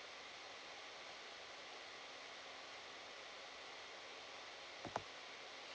okay